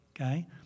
Okay